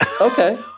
okay